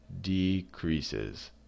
decreases